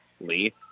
Lee